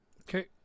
Okay